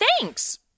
thanks